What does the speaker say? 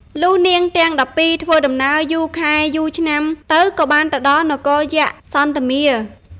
លុះនាងទាំង១២ធ្វើដំណើរយូរខែយូរឆ្នាំទៅក៏បានទៅដល់នគរយក្សសន្ធមារ។